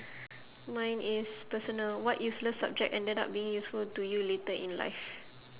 mine is personal what useless subject ended up being useful to you later in life